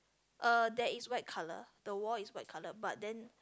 uh there is white color the wall is white color but then